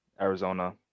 Arizona